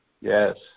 Yes